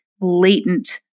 latent